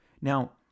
Now